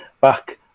back